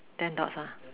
ten dots ah